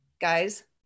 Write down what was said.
guys